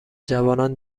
جوانان